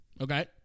Okay